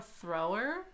thrower